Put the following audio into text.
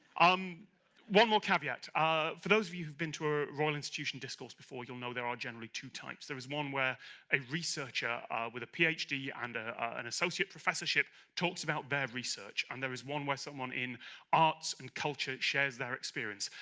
um one more caveat, ah for those of you who've been to a royal institution discourse before, you'll know there are generally two types. there is one where a researcher with a phd and an associate professorship talks about their research and there is one where someone in arts and culture shares their experience.